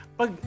pag